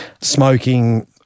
smoking